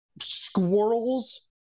squirrels